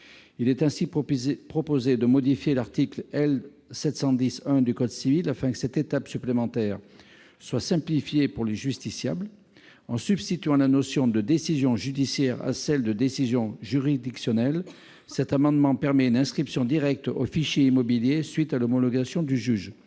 cet amendement, de modifier l'article 710-1 du code civil afin que cette étape supplémentaire soit simplifiée pour les justiciables. En substituant la notion de « décision judiciaire » à celle de « décision juridictionnelle », une inscription directe au fichier immobilier à la suite de l'homologation du juge